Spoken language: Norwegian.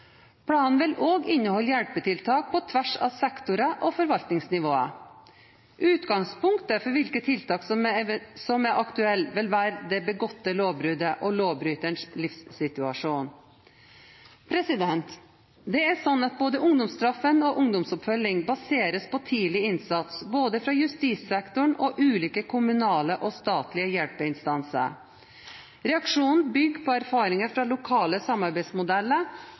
Planen vil også inneholde hjelpetiltak på tvers av sektorer og forvaltningsnivåer. Utgangspunktet for hvilke tiltak som er aktuelle, vil være det begåtte lovbruddet og lovbryterens livssituasjon. Det er sånn at både ungdomsstraff og ungdomsoppfølging baseres på tidlig innsats fra både justissektoren og ulike kommunale og statlige hjelpeinstanser. Reaksjonen bygger på erfaringer fra lokale samarbeidsmodeller